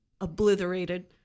obliterated